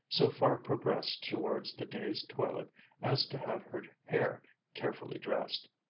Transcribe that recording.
so far progressed towards the day's toilet as to have her hair carefully dressed,